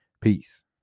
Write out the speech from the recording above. peace